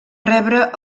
rebre